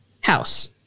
house